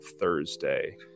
Thursday